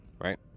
right